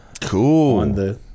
Cool